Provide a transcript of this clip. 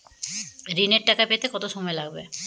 ঋণের টাকা পেতে কত সময় লাগবে?